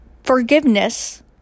Forgiveness